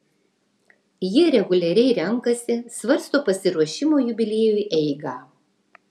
ji reguliariai renkasi svarsto pasiruošimo jubiliejui eigą